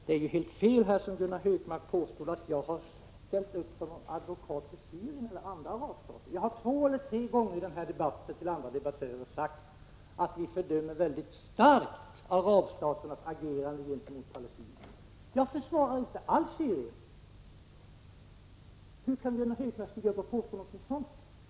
Det är helt fel, som Gunnar Hökmark påstår, att jag har ställt upp som en advokat för Syrien och andra arabstater. Jag har två eller tre gånger i den här debatten till andra debattörer sagt att vi mycket starkt fördömer arabstaternas agerande gentemot palestinierna. Jag försvarar inte alls Syrien. Hur kan Gunnar Hökmark påstå något sådant?